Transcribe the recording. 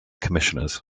commissioners